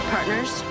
Partners